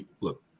Look